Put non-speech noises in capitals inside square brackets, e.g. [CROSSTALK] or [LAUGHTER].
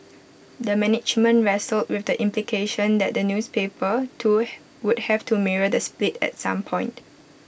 the management wrestled with the implication that the newspaper too [HESITATION] would have to mirror the split at some point